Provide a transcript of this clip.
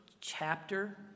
chapter